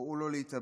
וקראו לו להתאבד,